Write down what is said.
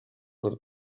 per